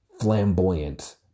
flamboyant